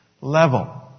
level